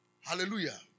Hallelujah